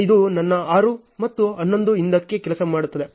ಆದ್ದರಿಂದ 11 ಮೈನಸ್ 2 9 ಆಗಿದೆ